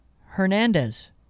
Hernandez